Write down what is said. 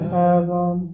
heaven